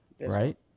right